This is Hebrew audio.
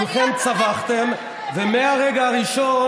כולכם צווחתם, ומהרגע הראשון